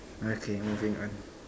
okay moving on